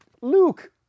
Luke